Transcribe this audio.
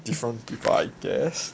different people I guess